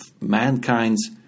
mankind's